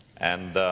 and, ah,